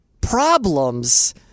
problems